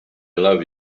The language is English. love